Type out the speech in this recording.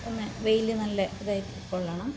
ഒന്ന് വെയിൽ നല്ല ഇതായി കൊള്ളണം